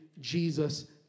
Jesus